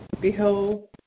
Behold